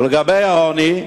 ולגבי העוני,